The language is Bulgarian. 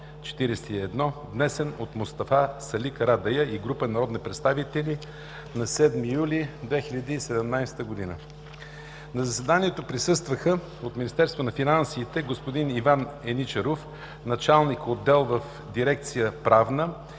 внесен от Мустафа Сали Карадайъ и група народни представители на 7 юли 2017 г. На заседанието присъстваха: от Министерство на финансите господин Иван Еничаров – началник-отдел в дирекция „Правна”,